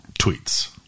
tweets